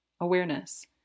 awareness